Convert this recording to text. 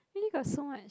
really got so much